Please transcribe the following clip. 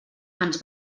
ens